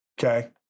Okay